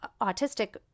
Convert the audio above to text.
autistic